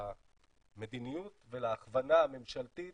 למדיניות ולהכוונה הממשלתית